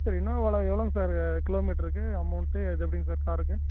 sir இனோவாவில எவ்வளோங்க sir கிலோமீட்டருக்கு அமௌண்ட்டு அது எப்படிங்க சார் காருக்கு